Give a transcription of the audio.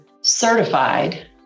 certified